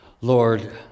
Lord